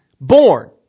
born